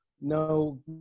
no